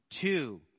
two